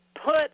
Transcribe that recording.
Put